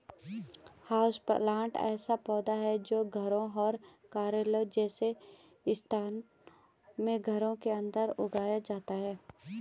houseplant ऐसा पौधा है जो घरों और कार्यालयों जैसे स्थानों में घर के अंदर उगाया जाता है